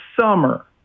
summer